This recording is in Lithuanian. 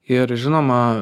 ir žinoma